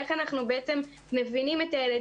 איך אנחנו מבינים את הילד,